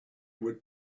were